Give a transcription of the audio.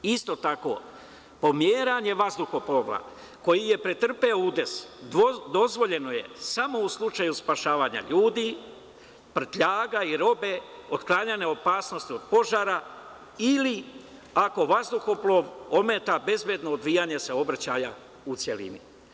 Isto tako, pomeranje vazduhoplova koji je pretrpeo udes dozvoljeno je samo u slučaju spašavanja ljudi, prtljaga i robe, otklanjanja opasnosti od požara ili ako vazduhoplov ometa bezbedno odvijanje saobraćaja u celini.